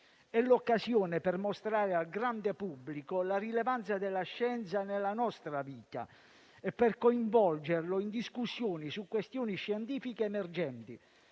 È l'occasione per mostrare al grande pubblico la rilevanza della scienza nella nostra vita e per coinvolgerlo in discussioni su questioni scientifiche emergenti.